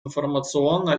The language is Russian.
информационно